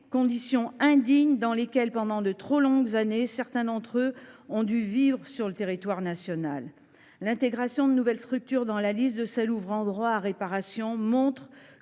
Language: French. conditions indignes dans lesquelles, pendant de trop longues années, certains d’entre eux ont dû vivre sur le territoire national. L’intégration de nouvelles structures dans la liste de celles qui ouvrent droit à réparation montre